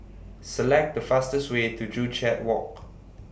Select The fastest Way to Joo Chiat Walk